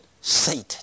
Satan